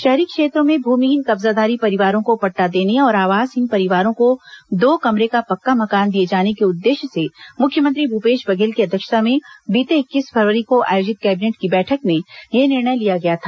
शहरी क्षेत्रों में भूमिहीन कब्जाधारी परिवारों को पट्टा देने और आवासहीन परिवारों को दो कमरे का पक्का मकान दिए जाने के उद्देश्य से मुख्यमंत्री भूपेश बघेल की अध्यक्षता में बीते इक्कीस फरवरी को आयोजित कैबिनेट की बैठक में यह निर्णय लिया गया था